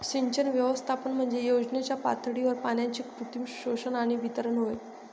सिंचन व्यवस्थापन म्हणजे योजनेच्या पातळीवर पाण्याचे कृत्रिम शोषण आणि वितरण होय